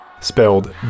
spelled